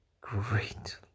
Great